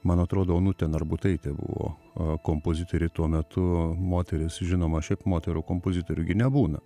man atrodo onutė narbutaitė buvo a kompozitorė tuo metu moteris žinoma šiaip moterų kompozitorių gi nebūna